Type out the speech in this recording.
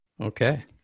Okay